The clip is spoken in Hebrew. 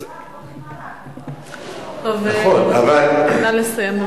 נא לסיים.